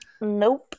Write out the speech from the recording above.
Nope